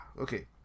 okay